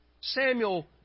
Samuel